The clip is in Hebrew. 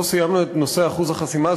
לא סיימנו את נושא אחוז החסימה,